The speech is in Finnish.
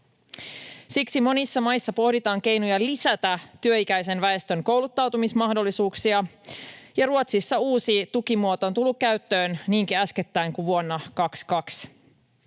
Siksi monissa maissa pohditaan keinoja lisätä työikäisen väestön kouluttautumismahdollisuuksia, ja Ruotsissa uusi tukimuoto on tullut käyttöön niinkin äskettäin kuin vuonna 22.